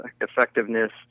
effectiveness